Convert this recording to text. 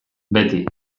beti